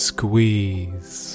Squeeze